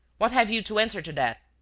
what have you to answer to that?